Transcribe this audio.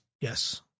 Yes